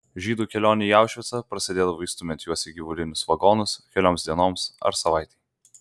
žydų kelionė į aušvicą prasidėdavo įstumiant juos į gyvulinius vagonus kelioms dienoms ar savaitei